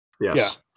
Yes